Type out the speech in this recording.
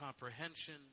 comprehension